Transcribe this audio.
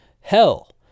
hell